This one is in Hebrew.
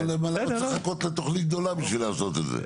למה צריך לחכות לתוכנית גדולה כדי לעשות את זה?